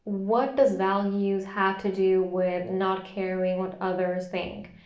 what does values have to do with not caring what others think?